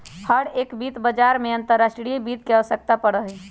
हर एक वित्त बाजार में अंतर्राष्ट्रीय वित्त के आवश्यकता पड़ा हई